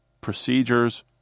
procedures